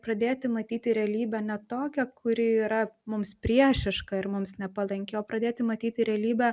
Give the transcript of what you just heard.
pradėti matyti realybę ne tokią kuri yra mums priešiška ir mums nepalanki o pradėti matyti realybę